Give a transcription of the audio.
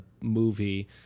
movie